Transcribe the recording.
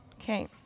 Okay